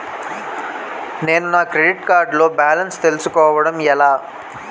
నేను నా credit card లో బాలన్స్ తెలుసుకోవడం ఎలా?